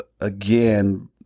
again